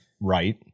right